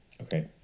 Okay